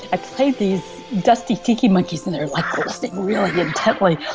i played these dusty tiki monkeys and they're like listening really intently.